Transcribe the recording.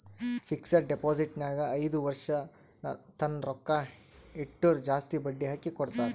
fixed deposit ನಾಗ್ ಐಯ್ದ ವರ್ಷ ತನ್ನ ರೊಕ್ಕಾ ಇಟ್ಟುರ್ ಜಾಸ್ತಿ ಬಡ್ಡಿ ಹಾಕಿ ಕೊಡ್ತಾರ್